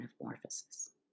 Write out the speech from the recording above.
metamorphosis